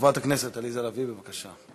חברת הכנסת עליזה לביא, בבקשה.